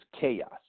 chaos